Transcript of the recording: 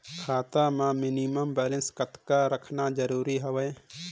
खाता मां minimum balance कतेक रखना जरूरी हवय?